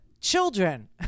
children